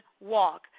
walk